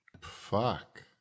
fuck